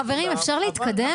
חברים, אפשר להתקדם?